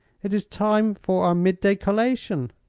it is time for our midday collation.